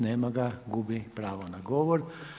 Nema ga, gubi pravo na govor.